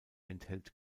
enthält